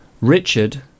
Richard